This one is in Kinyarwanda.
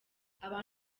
abantu